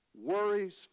worries